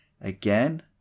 again